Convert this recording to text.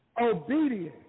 Obedience